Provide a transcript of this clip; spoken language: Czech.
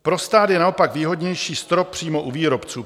Pro stát je naopak výhodnější strop přímo u výrobců.